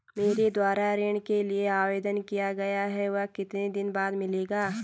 मेरे द्वारा ऋण के लिए आवेदन किया गया है वह कितने दिन बाद मिलेगा?